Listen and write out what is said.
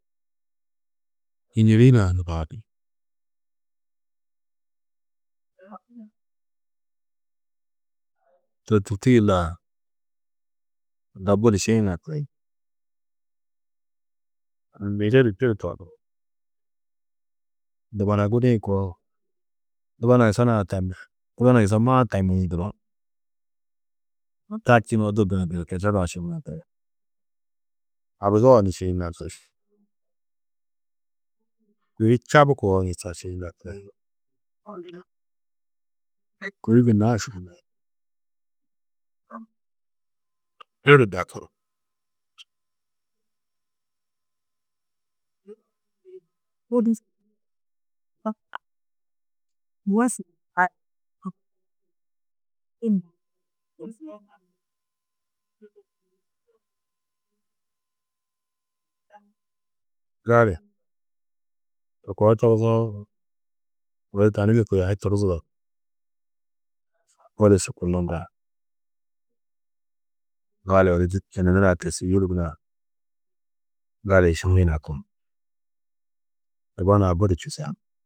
Kiñili hunã. To tûrtu yila tunda budi šiĩ nakiri. Mêde du didi. Dubana gudĩ koo, dubana yusonaã tamú, dubuna yusommaã tamuũ nduroo tar čunoo du kešeda-ã šiĩ nakiri. Abigo ni šiĩ nakiri. Kôi čabu koo ni to šiĩ nakiri. Kôi gunna siĩ nak, budi dakuru. Gali to koo togusoo odu tani ni kôi a hi tuduzudo. Budi šukurnundar, gali odu têsjil nurã gali šiĩ yinaku, dubana budi čûsa.